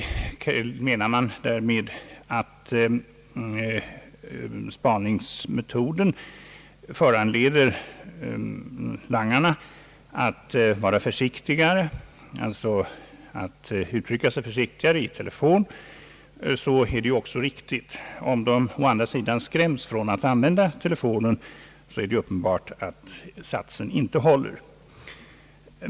Menar utskottet att spaningsmetoden föranleder langarna att uttrycka sig försiktigare i telefon? Då är det ju också riktigt att verksamheten försvåras. Om de emellertid skräms från att använda telefonen, är det uppenbart att satsen inte håller.